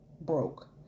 broke